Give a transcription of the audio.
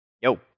Yo